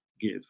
give